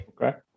Okay